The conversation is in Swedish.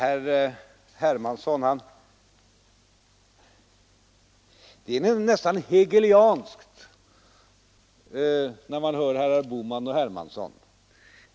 Dialektiskt är det nästan något Hegelianskt — Marx ställd på huvudet — över herrar Bohman och Hermansson.